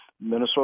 Minnesota